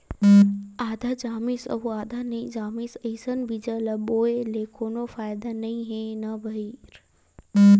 आधा जामिस अउ आधा नइ जामिस अइसन बीजा ल बोए ले कोनो फायदा नइ हे न भईर